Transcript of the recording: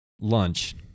lunch